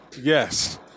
yes